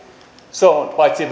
se on paitsi